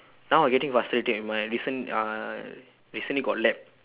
now I getting frustrated eh my recent uh recently got lab